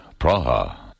Praha